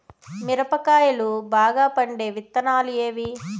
మిరప కాయలు బాగా పండే విత్తనాలు ఏవి